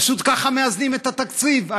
פשוט ככה מאזנים את התקציב,